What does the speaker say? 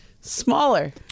smaller